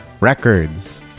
Records